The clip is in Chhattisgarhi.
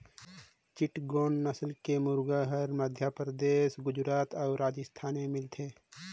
चिटगोंग नसल के मुरगा हर मध्यपरदेस, गुजरात अउ राजिस्थान में मिलथे